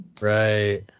Right